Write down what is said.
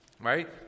right